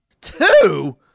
Two